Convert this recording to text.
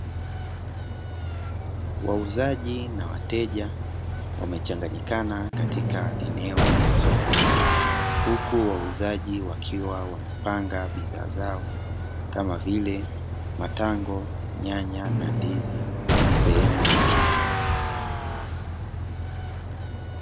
Wauzaji na wateja wamechanganyikana katika eneo la soko huku wauzaji wakiwa wamepanga bidhaa zao kama vile matango, nyanya, na ndizi sehemu ya chini.